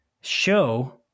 show